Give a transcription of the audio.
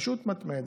פשוט מתמדת.